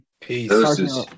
Peace